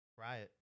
Riot